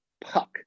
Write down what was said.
puck